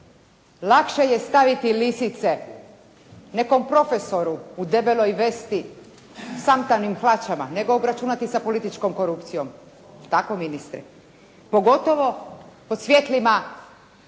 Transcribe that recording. lakše je staviti lisice nekom profesoru u debeloj vesti, samtanim hlačama nego obračunati sa političkom korupcijom. Tako ministre. Pogotovo pod svjetlima